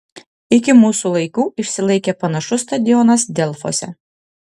iki mūsų laikų išsilaikė panašus stadionas delfuose